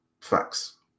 facts